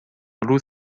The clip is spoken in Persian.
روز